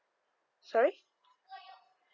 sorry